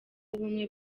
w’ubumwe